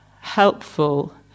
helpful